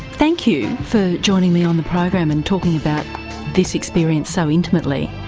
thank you for joining me on the program and talking about this experience so intimately.